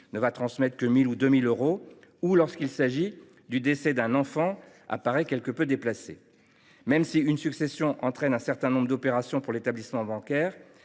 ne va transmettre que 1 000 ou 2 000 euros ou lorsqu’il s’agit du décès d’un enfant apparaît quelque peu déplacé. Même si une succession entraîne un certain nombre d’opérations pour l’établissement bancaire,